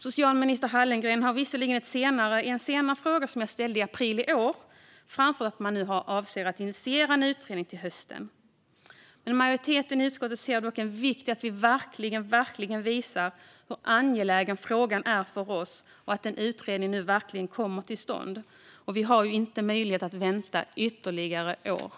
Socialminister Hallengren har visserligen i samband med en senare fråga, som jag ställde i april i år, framfört att man avser att initiera en utredning till hösten. Majoriteten i utskottet ser dock vikten av att vi verkligen visar hur angelägen frågan är för oss och hur angeläget det är att en utredning nu kommer till stånd. Vi har inte möjlighet att vänta fler år.